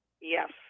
yes